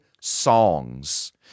songs